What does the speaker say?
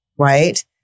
Right